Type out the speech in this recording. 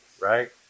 right